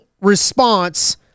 response